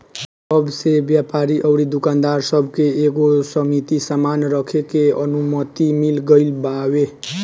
अब से व्यापारी अउरी दुकानदार सब के एगो सीमित सामान रखे के अनुमति मिल गईल बावे